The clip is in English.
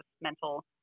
mental